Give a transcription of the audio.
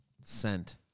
scent